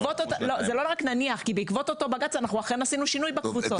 זה לא רק נניח כי בעקבות אותו בג"צ אנחנו אכן עשינו שינוי בקבוצות.